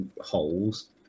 holes